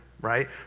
Right